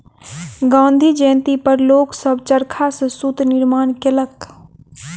गाँधी जयंती पर लोक सभ चरखा सॅ सूत निर्माण केलक